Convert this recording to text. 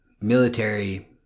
military